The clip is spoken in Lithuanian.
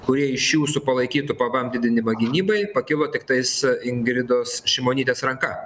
kurie iš jūsų palaikytų pvm didinimą gynybai pakilo tiktais ingridos šimonytės ranka